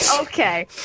Okay